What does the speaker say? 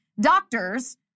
doctors